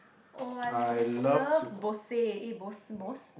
oh I love Bose eh Bose Bose